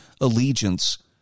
allegiance